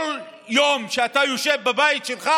כל יום שאתה יושב בבית שלך